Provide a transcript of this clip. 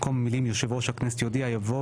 במקום המילים 'יושב ראש הכנסת יודיע' יבוא